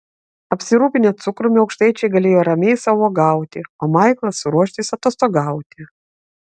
apsirūpinę cukrumi aukštaičiai galėjo ramiai sau uogauti o maiklas ruoštis atostogauti